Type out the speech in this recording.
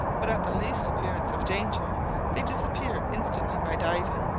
but at the least appearance of danger they disappear instantly by diving.